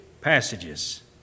passages